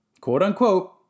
quote-unquote